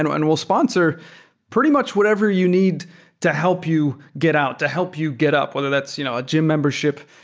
and and we'll sponsor pretty much whatever you need to help you get out, to help you get up, whether that's you know a gym membership,